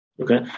Okay